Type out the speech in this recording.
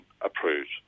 approved